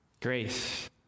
Grace